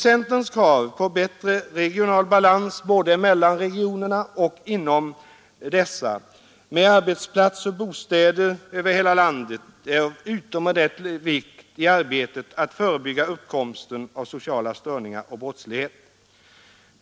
Centerns krav på bättre regional balans, både mellan regionerna och inom dessa, och med arbetsplatser och bostäder över hela landet, är av utomordentlig vikt i arbetet med att förebygga uppkomsten av sociala störningar och brottslighet.